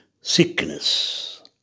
sickness